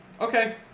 okay